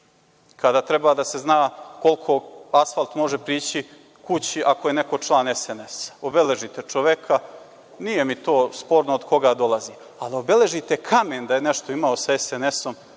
kada treba da se zna koliko asfalt može prići kući ako je neko član SNS, obeležite čoveka, nije mi to sporno od koga dolazi. Ali da obeležite kamen da je nešto imao sa SNS